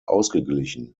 ausgeglichen